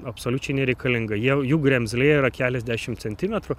absoliučiai nereikalinga jie jų kremzlė yra keliasdešimt centimetrų